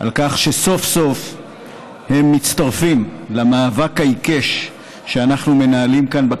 שסוף-סוף הם מצטרפים למאבק העיקש שאנחנו מנהלים כאן,